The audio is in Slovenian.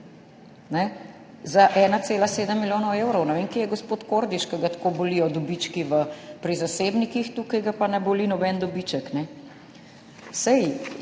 Za 1,7 milijona evrov. Ne vem, kje je gospod Kordiš, ki ga tako bolijo dobički v pri zasebnikih, tukaj ga pa ne boli noben dobiček. Saj